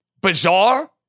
bizarre